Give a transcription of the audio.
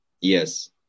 Yes